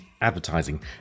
advertising